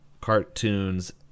cartoons